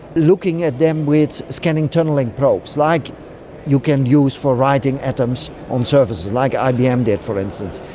looking at them with scanning tunnelling probes, like you can use for writing atoms on surfaces, like ibm did for instance.